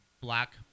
black